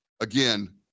again